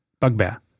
Bugbear